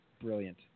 brilliant